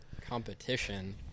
competition